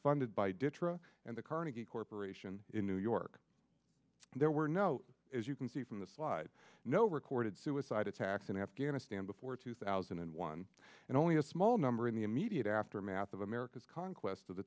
funded by detroit and the carnegie corporation in new york there were no as you can see from the slide no recorded suicide attacks in afghanistan before two thousand and one and only a small number in the immediate aftermath of america's conquest of the